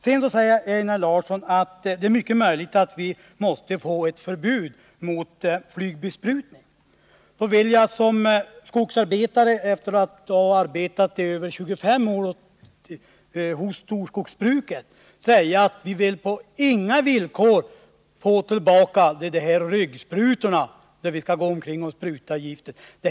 Sedan sade Einar Larsson att det är mycket möjligt att vi får ett förbud mot flygbesprutning. Efter att ha arbetat över 25 år som skogsarbetare hos storskogsbruket vill jag säga att vi på inga villkor vill få tillbaka de s.k. ryggsprutorna, med vilka vi skall gå omkring och spruta.